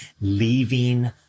leaving